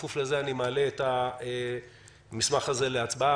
כפוף לזה, אני מעלה את המסמך הזה להצבעה.